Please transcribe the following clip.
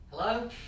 Hello